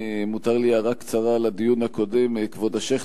אם מותר לי הערה קצרה לדיון הקודם: כבוד השיח',